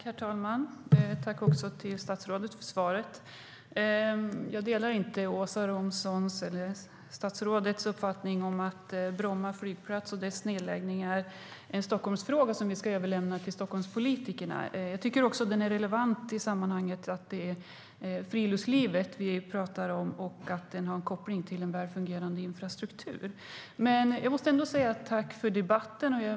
Herr talman! Tack, statsrådet, för svaret! Jag delar inte statsrådets uppfattning att Bromma flygplats och dess nedläggning är en Stockholmsfråga som vi ska överlämna till Stockholmspolitikerna. Den är relevant i sammanhanget när vi talar om friluftslivet; den har en koppling till en väl fungerande infrastruktur. Jag vill dock tacka för debatten.